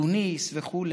תוניס וכו'.